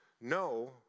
no